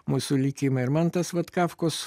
mūsų likimą ir man tas vat kafkos